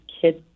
kids